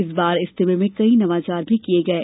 इस बार इज्तिमे में कई नवाचार भी किये गये